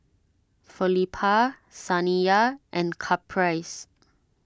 Felipa Saniyah and Caprice